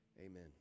Amen